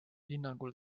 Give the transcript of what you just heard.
hinnangul